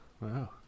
Wow